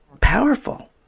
powerful